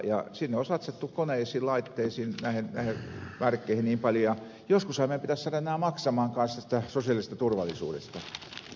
sinne on satsattu koneisiin laitteisiin näihin värkkeihin niin paljon ja joskushan meidän pitäisi saada nämä maksamaan kanssa tästä sosiaalisesta turvallisuudesta